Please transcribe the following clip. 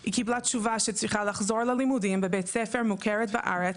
היא קיבלה תשובה שהיא צריכה לחזור על הלימודים בבית ספר מוכר בארץ,